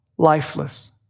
lifeless